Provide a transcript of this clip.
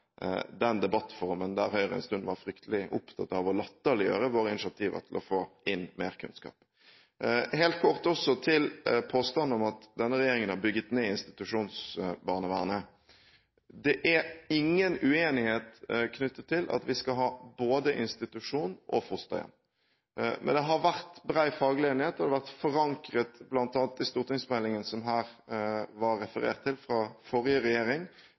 den debattformen der Høyre en stund var fryktelig opptatt av å latterliggjøre våre initiativer til å få inn mer kunnskap. Helt kort også til påstanden om at denne regjeringen har bygget ned institusjonsbarnevernet: Det er ingen uenighet knyttet til at vi skal ha både institusjon og fosterhjem. Men det har vært bred faglig enighet, og det har vært forankret bl.a. i stortingsmeldingen som det her var referert til fra forrige regjering,